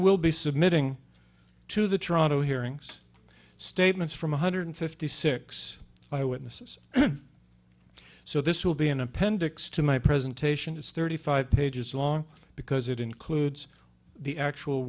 will be submitting to the toronto hearings statements from one hundred fifty six by witnesses so this will be an appendix to my presentation is thirty five pages long because it includes the actual